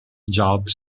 jobs